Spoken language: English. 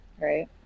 Right